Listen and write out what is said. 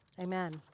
Amen